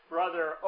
Brother